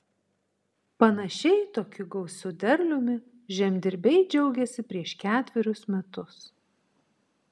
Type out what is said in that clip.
panašiai tokiu gausiu derliumi žemdirbiai džiaugėsi prieš ketverius metus